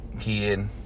kid